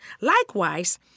Likewise